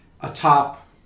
atop